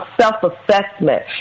self-assessment